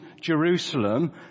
Jerusalem